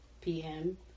PM